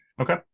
Okay